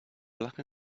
black